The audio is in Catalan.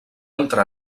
entrar